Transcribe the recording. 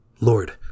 Lord